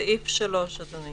סעיף 3, אדוני